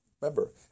Remember